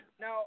Now